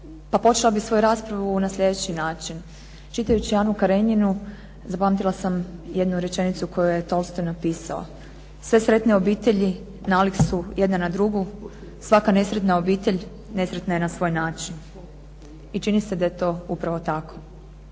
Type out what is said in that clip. Počela bih svoju raspravu na slijedeći način. Čitajući "Anu Karenjinu" zapamtila sam jednu rečenicu koju je Tolstoj napisao: "Sve sretne obitelji nalik su jedne na drugu. Svaka nesretna obitelj nesretna je na svoj način.". I čini se da je to upravo tako.